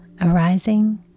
arising